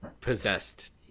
possessed